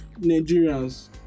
Nigerians